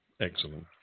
Excellent